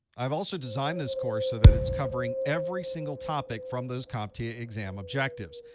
i've also designed this course so that it's covering every single topic from those comptia exam objectives.